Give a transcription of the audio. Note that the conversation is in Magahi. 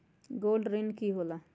गोल्ड ऋण की होला?